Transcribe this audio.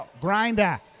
Grinder